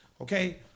okay